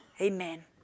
Amen